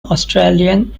australian